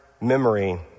memory